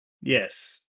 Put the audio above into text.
Yes